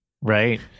Right